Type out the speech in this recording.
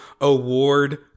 award